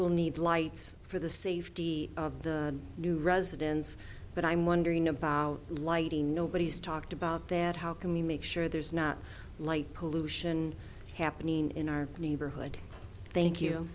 will need lights for the safety of the new residents but i'm wondering about lighting nobody's talked about that how can we make sure there's not light pollution happening in our neighborhood thank you